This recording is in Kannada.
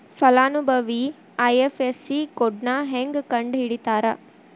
ಫಲಾನುಭವಿ ಐ.ಎಫ್.ಎಸ್.ಸಿ ಕೋಡ್ನಾ ಹೆಂಗ ಕಂಡಹಿಡಿತಾರಾ